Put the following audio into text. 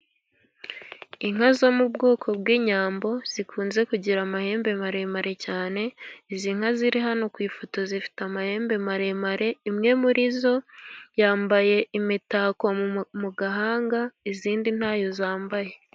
Inka zo mu bwoko bw'inyambo zikunze kugira amahembe maremare cyane, izi nka ziri hano ku ifoto zifite amahembe maremare, imwe muri zo yambaye imitako mu gahanga, izindi ntayo zambaye.